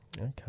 Okay